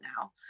now